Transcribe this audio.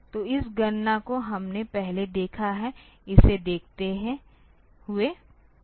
तो इस गणना को हमने पहले देखा है इसे देखते हुए